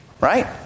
right